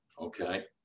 Okay